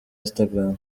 instagram